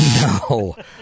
No